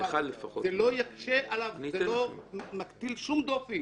זה לא יקשה עליו, זה לא מטיל שום דופי